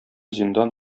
зиндан